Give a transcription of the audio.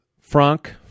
Frank